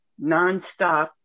nonstop